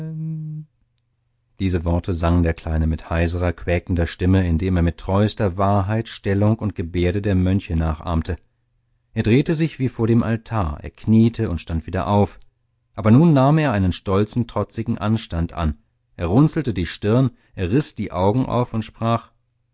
diese worte sang der kleine mit heisrer quäkender stimme indem er mit treuster wahrheit stellung und gebärde der mönche nachahmte er drehte sich wie vor dem altar er kniete und stand wieder auf aber nun nahm er einen stolzen trotzigen anstand an er runzelte die stirn er riß die augen auf und sprach